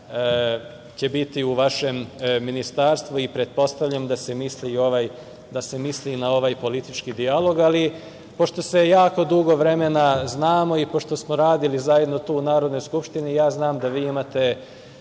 građana biti u vašem ministarstvu i pretpostavljam da se misli i na ovaj politički dijalog, ali pošto se jako dugo vremena znamo i pošto smo radili zajedno tu u Narodnoj skupštini ja znam da vi imate